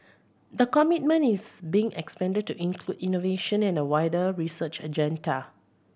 the commitment is being expanded to include innovation and a wider research agenda